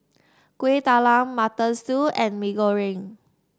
Kueh Talam Mutton Stew and Mee Goreng